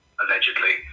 allegedly